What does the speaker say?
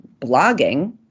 blogging